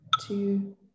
two